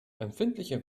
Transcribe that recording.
empfindliche